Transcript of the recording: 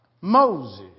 Moses